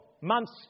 months